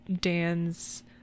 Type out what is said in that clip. Dan's